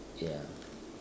ya